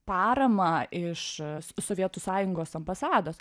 paramą iš s sovietų sąjungos ambasados